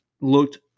looked